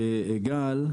גל,